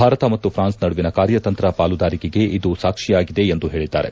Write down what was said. ಭಾರತ ಮತ್ತು ಫ್ರಾನ್ಸ್ ನಡುವಿನ ಕಾರ್ಯತಂತ್ರ ಪಾಲುದಾರಿಕೆಗೆ ಇದು ಸಾಕ್ಷಿಯಾಗಿದೆ ಎಂದು ಹೇಳಿದ್ದಾರೆ